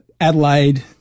Adelaide